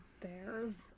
Bears